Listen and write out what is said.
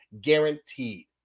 guaranteed